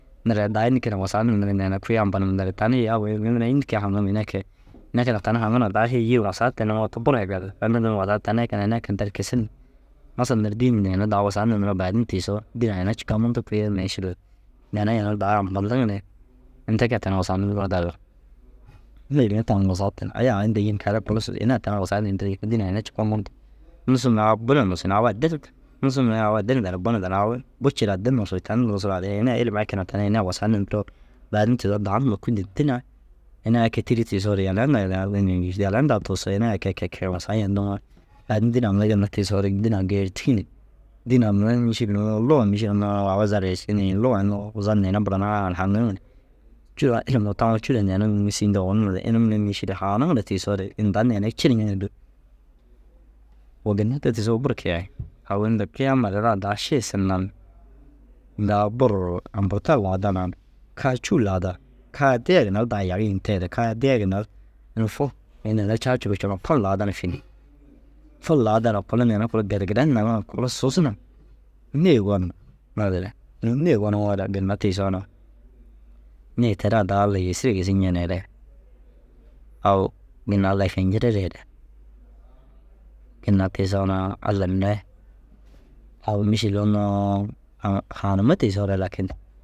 Nireere daa înni keene re ru wusaa ninirig neere kui ampa nir tanii yoo abba yoo mi niree înni kee haranum ini ai kee. Ini ai keenaa tani haanir ŋa daa hêyi yîr wasaa ten nuŋoo te buru hee gali. Tani na bini walai tani ai keenaa ini ai keenaa tar kisir ni masal nir dîi ni neere daa wusaa niniroo baadin tiisoo dînaa raa ina cikaa muntu kui mîšil lu neere ini daa ampandiŋ ni ini te kee tani wusaa nunuroo dagir. Neere ru tani wusaa ten aya aa inta yîn karaa kulo sus ini ai tani wusaa nintirii jiki dînaa ina cikaa mundu. Nusu mire au bu na nusunni au addi rig. Nusu mire au addi na bu na danni au bu ciiru addi nusug. Tani dunusugiroo haadinni ini ai ilim ai keenaa tani ini ai wusaa nintiroo baadin tiisoo dau nduma kûi dîntu na ini ai kee tîri tiisoore yaliya ndaa yaliya ru goyi ni yaliya ndaa tuusoo ini ai kee kee kee wusaa yentiŋoo baadin dînaa mire ginna tiisoore dînaa geertiŋi ni. Dînaa mire mîšil lu luga mîšil unnu au zal eš inii luga unnu zal neere bura niŋaa ŋa ru haŋiŋ ni. Cûro ašam ru taŋoo cûro neere nuu sîindi owor numa re inuu mire mîšil haaniŋire tiisoore indan ina cir ñeŋire bêi. Woo ginna te tigisoo buru kiyai. Au inda kiyama re raa daa šiisin na ni daa buru ompurtaa ru laada na kaa cûu ru laada. Kaa ye diya ye ginna ru daa yag yi ni tee kaa ye diya ginna ru ini neere ru caa curiwii ciŋa fun laada na fini. Ful laada na kulo neere luko geregeren nag na kulo suus na nêe gon na naazire. Inuu nêe goniŋoore ginna tiisoo na nêe te raa daa Allai yêsire gisu ñeneere au ginna Allai fi nciriireere ginna tiisoo na Alla mire au mîšil unnu au haanimme tiisoore lakin